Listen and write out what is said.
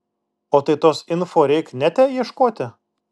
o tai tos info reik nete ieškoti